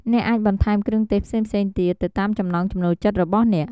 អ្នកអាចបន្ថែមគ្រឿងទេសផ្សេងៗទៀត ទៅតាមចំណងចំណូលចិត្តរបស់អ្នក។